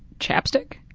chap stick.